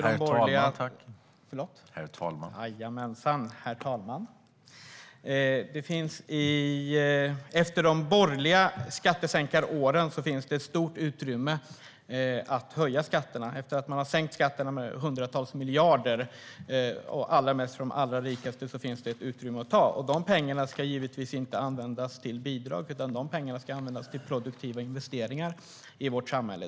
Herr talman! Efter de borgerliga skattesänkaråren finns det ett stort utrymme för att höja skatterna. Efter att man har sänkt skatterna med hundratals miljarder och allra mest för de allra rikaste finns det ett utrymme att ta av. De pengarna ska givetvis inte användas till bidrag utan till produktiva investeringar i vårt samhälle.